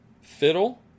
fiddle